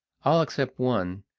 all except one,